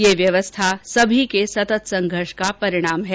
यह व्यवस्था सभी के सतत् संघर्ष का परिणाम है